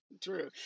true